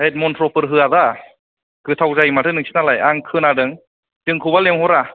होद मनथ्रफोर होया दा गोथाव जायो माथो नोंसिनालाय आं खोनादों जोंखौबा लेंहरा